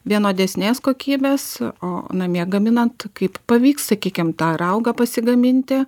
vienodesnės kokybės o namie gaminant kaip pavyks sakykim tą raugą pasigaminti